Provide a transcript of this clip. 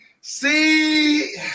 See